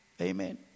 Amen